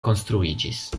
konstruiĝis